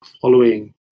following